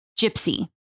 gypsy